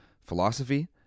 philosophy